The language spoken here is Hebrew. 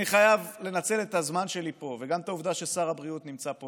אני חייב לנצל את הזמן שלי פה וגם את העובדה ששר הבריאות נמצא פה